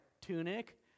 tunic